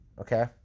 Okay